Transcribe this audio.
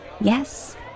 Yes